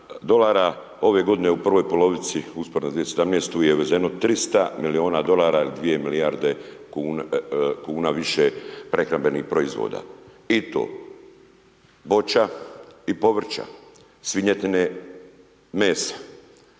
dolara ove godine, u pravoj ploveći u usporedbi sa 2017. je uvezeno 300 milijuna dolara i 2 milijarde kuna više prehrambenih proizvoda. I to voća i povrća, svinjetine, mesa